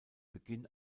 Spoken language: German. beginn